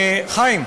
ילין,